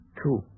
two